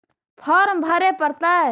Farm भरे परतय?